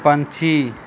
ਪੰਛੀ